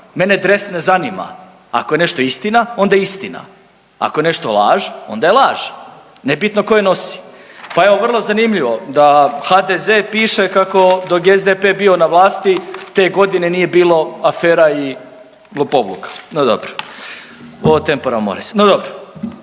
mene dres ne zanima, ako je nešto istina onda je istina, ako je nešto laž onda je laž, nebitno ko je nosi, pa evo vrlo zanimljivo da HDZ piše kako dok je SDP bio na vlasti te godine nije bilo afera i lopovluka, no dobro, „o tempora o mores“, no dobro.